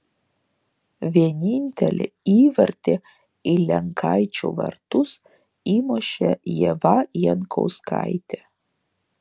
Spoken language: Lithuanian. vienintelį įvartį į lenkaičių vartus įmušė ieva jankauskaitė